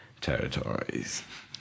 territories